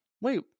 wait